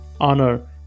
honor